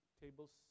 tables